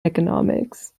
economics